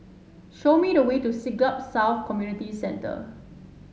show me the way to Siglap South Community Centre